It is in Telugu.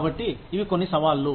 కాబట్టి ఇవి కొన్ని సవాళ్ళు